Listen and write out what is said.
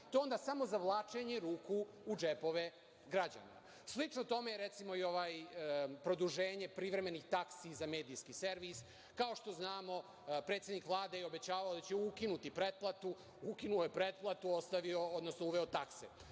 to je onda samo zavlačenje ruku u džepove građana. Slično tome je recimo, i ovo produženje privremenih taksi za medijski servis, kao što znamo predsednik Vlade je obećavao da će ukinuti pretplatu. Ukinuo je pretplatu, a uveo takse.